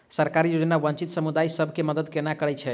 सरकारी योजना वंचित समुदाय सब केँ मदद केना करे है?